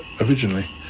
originally